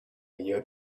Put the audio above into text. year